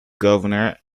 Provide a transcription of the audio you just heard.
governor